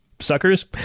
suckers